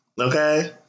Okay